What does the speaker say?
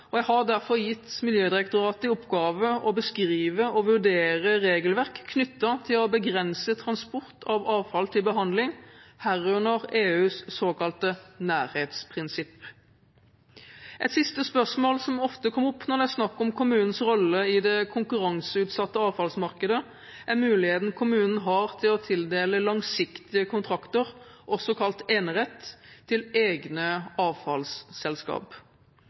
og jeg har derfor gitt Miljødirektoratet i oppgave å beskrive og vurdere regelverk knyttet til å begrense transport av avfall til behandling, herunder EUs såkalte nærhetsprinsipp. Et siste spørsmål som ofte kommer opp når det er snakk om kommunens rolle i det konkurranseutsatte avfallsmarkedet, er muligheten kommunen har til å tildele langsiktige kontrakter, også kalt enerett, til egne avfallsselskap.